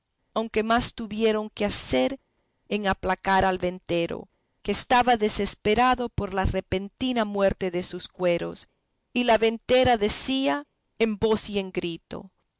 aunque más tuvieron que hacer en aplacar al ventero que estaba desesperado por la repentina muerte de sus cueros y la ventera decía en voz y en grito